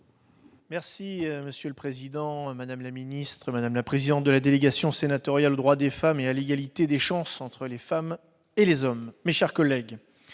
Monsieur le président, madame la secrétaire d'État, madame la présidente de la délégation sénatoriale aux droits des femmes et à l'égalité des chances entre les femmes et les hommes, mes chers collègues,